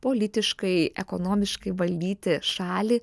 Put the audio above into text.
politiškai ekonomiškai valdyti šalį